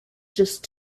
just